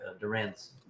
Durant's